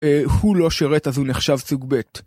שלום וברוכים הבאים לעיריית מגדל העמק